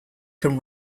can